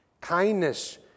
kindness